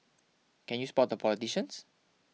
can you spot the politicians